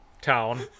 town